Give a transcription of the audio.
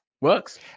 Works